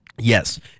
Yes